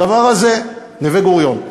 הדבר הזה, איזה?